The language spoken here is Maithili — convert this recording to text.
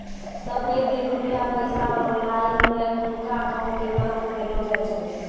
सबहे दिन रुपया पैसा रो लाइन मे एखनुका दाम के महत्व देलो जाय छै